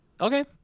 Okay